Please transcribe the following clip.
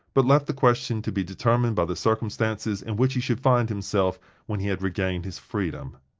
but left the question to be determined by the circumstances in which he should find himself when he had regained his freedom.